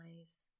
eyes